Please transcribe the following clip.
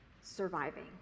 surviving